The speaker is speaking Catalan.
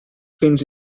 fins